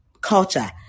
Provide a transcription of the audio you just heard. culture